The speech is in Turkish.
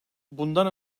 bundan